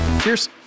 Cheers